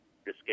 Escape